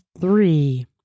three